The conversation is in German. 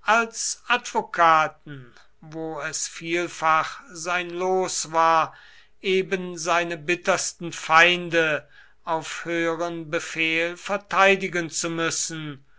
als advokaten wo es vielfach sein los war eben seine bittersten feinde auf höheren befehl verteidigen zu müssen